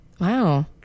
Wow